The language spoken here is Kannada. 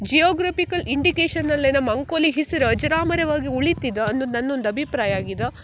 ಜಿಯೋಗ್ರಪಿಕಲ್ ಇಂಡಿಕೇಶನಲ್ಲಿ ನಮ್ಮ ಅಂಕೋಲ ಹೆಸರ್ ಅಜರಾಮರವಾಗಿ ಉಳಿದಿದ ಅನ್ನುದು ನನ್ನ ಒಂದು ಅಭಿಪ್ರಾಯ ಆಗಿದ